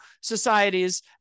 societies